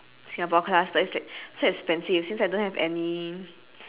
singapore class but it's like so expensive since I don't have any